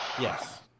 Yes